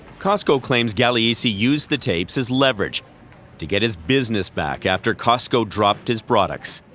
costco claims gagliese used the tapes as leverage to get his business back after costco dropped his products.